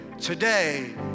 today